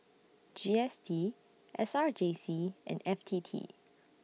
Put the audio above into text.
G S T S R J C and F T T